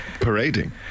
parading